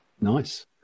Nice